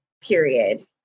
period